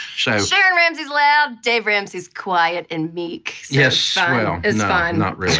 sharon ramsey's loud, dave ramsey's quite and meek, yeah so it's fine. not